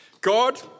God